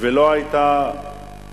ולא היתה